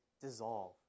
dissolve